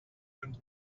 and